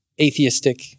atheistic